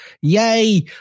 yay